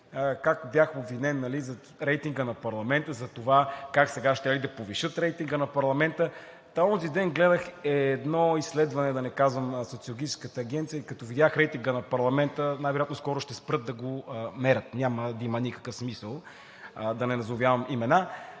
как бях обвинен за рейтинга на парламента, за това как сега щели да повишат рейтинга на парламента. Онзи ден гледах едно изследване на социологическа агенция и като видях рейтинга на парламента, най-вероятно скоро ще спрат да го мерят, няма да има никакъв смисъл. Да не назовавам имена.